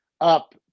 up